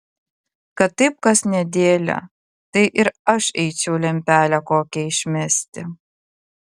kad taip kas nedėlią tai ir aš eičiau lempelę kokią išmesti